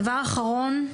דבר אחרון.